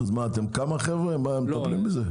אתם כמה חבר'ה מטפלים בזה?